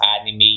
anime